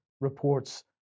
reports